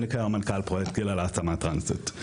אני כיום מנכ"ל פרויקט גילה להתאמה טרנסית.